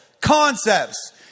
concepts